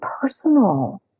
personal